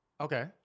Okay